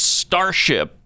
starship